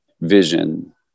vision